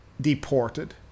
deported